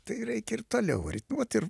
tai reikia ir toliau ritmuot ir